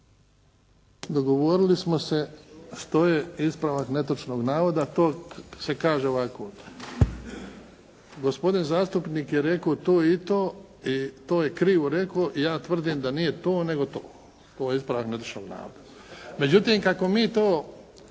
Dogovorili smo se što je ispravak netočnog navoda. To se kaže ovako. Gospodin zastupnik je rekao to i to i to je krivo rekao i ja tvrdim da nije to nego to. Ovo je ispravak netočnog navoda.